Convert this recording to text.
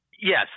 Yes